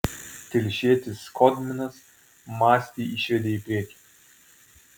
telšietis skodminas mastį išvedė į priekį